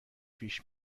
پیش